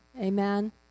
Amen